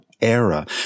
era